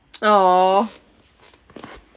!aww!